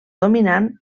dominant